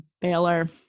Baylor